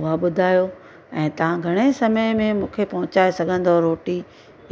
उहा ॿुधायो ऐं तव्हां घणे समय में मूंखे पहुचाए सघंदव रोटी